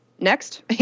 next